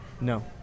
No